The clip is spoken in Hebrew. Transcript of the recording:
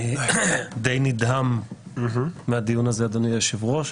אני די נדהם מהדיון הזה, אדוני היושב-ראש,